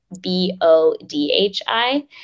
B-O-D-H-I